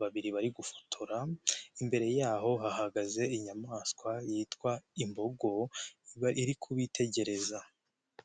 babiri bari gufotora, imbere yaho hahagaze inyamaswa yitwa imbogo iri kubitegereza.